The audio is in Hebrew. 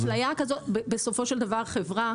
בסופו של דבר חברה,